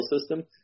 system